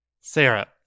Sarah